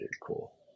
cool